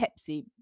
Pepsi